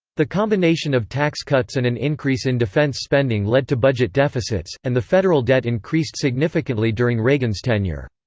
the combination of tax cuts and an increase in defense spending led to budget deficits, and the federal debt increased significantly during reagan's tenure.